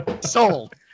sold